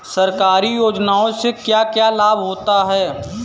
सरकारी योजनाओं से क्या क्या लाभ होता है?